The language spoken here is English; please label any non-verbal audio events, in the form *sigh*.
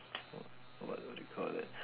*noise* w~ what what do you call that